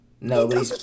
No